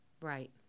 Right